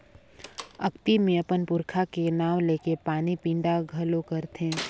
अक्ती मे अपन पूरखा के नांव लेके पानी पिंडा घलो करथे